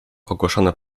ogłoszone